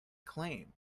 claim